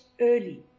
early